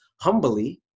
humbly